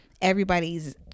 Everybody's